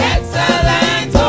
Excellent